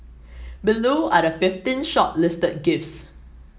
below are the fifteen shortlisted gifts